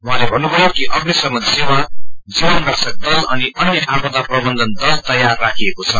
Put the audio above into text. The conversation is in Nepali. उहाँले भत्रभयो कि अग्निश्रमन सेवा जीवनरक्षक दल अनि अन्य आपदा प्रबन्धन दल तयार राखिएको छ